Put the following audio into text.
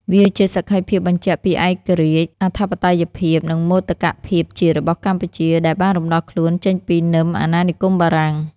វាជាសក្ខីភាពបញ្ជាក់ពីឯករាជ្យ អធិបតេយ្យភាព និងមោទកភាពជាតិរបស់កម្ពុជា ដែលបានរំដោះខ្លួនចេញពីនឹមអាណានិគមបារាំង។